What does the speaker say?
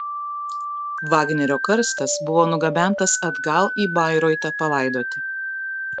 vagnerio karstas buvo nugabentas atgal į bairoitą palaidoti